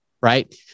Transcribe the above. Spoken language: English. Right